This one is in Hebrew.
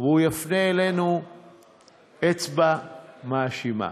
והוא יפנה אלינו אצבע מאשימה.